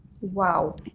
Wow